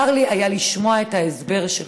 צר היה לי לשמוע את ההסבר שלך.